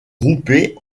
groupées